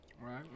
right